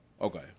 Okay